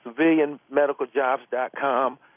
civilianmedicaljobs.com